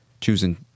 choosing